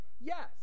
Yes